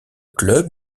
club